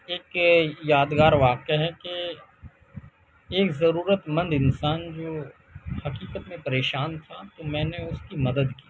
ایک یادگار واقعہ ہے کہ ایک ضرورت مند انسان جو حقیقت میں پریشان تھا تو میں نے اس کی مدد کی